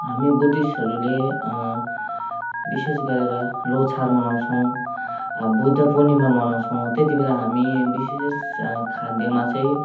हामी बुद्धिस्टहरूले विशेष गरेर लोछार मनाउँछौँ बुद्धपूर्णिमा मनाउँछौँ त्यति बेला हामी विशेष खाद्यमा चाहिँ